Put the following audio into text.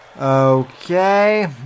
Okay